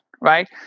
right